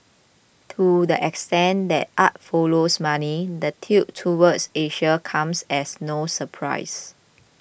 to the extent that art follows money the tilt toward Asia comes as no surprise